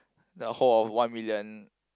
the whole of one million